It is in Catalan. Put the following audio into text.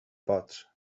pots